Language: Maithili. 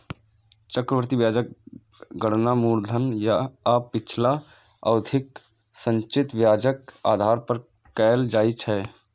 चक्रवृद्धि ब्याजक गणना मूलधन आ पिछला अवधिक संचित ब्याजक आधार पर कैल जाइ छै